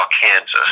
Kansas